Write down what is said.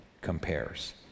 compares